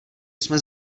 jsme